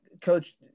coach